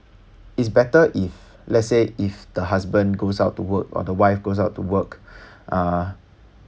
it's better if let's say if the husband goes out to work or the wife goes out to work uh